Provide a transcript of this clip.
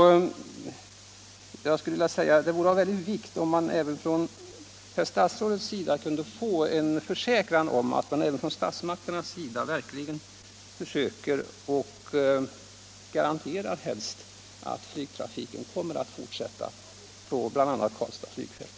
Det vore därför av stor vikt om vi av herr statsrådet kunde få en försäkran om att statsmakterna ville garantera att flygtrafiken kommer att fortsätta på bl.a. Karlstads flygfält.